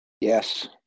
yes